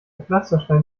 pflasterstein